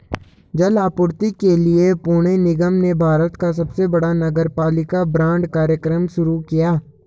जल आपूर्ति के लिए पुणे निगम ने भारत का सबसे बड़ा नगरपालिका बांड कार्यक्रम शुरू किया